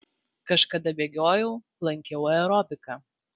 kažkada bėgiojau lankiau aerobiką